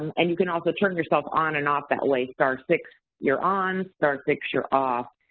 um and you can also turn yourself on and off that way. star six you're on, star six you're off.